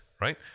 right